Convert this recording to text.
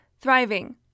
thriving